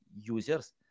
users